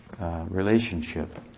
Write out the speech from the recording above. Relationship